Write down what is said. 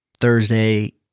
Thursday